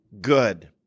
good